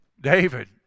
David